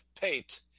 pate